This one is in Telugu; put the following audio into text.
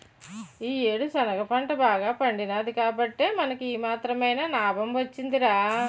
ఈ యేడు శనగ పంట బాగా పండినాది కాబట్టే మనకి ఈ మాత్రమైన నాబం వొచ్చిందిరా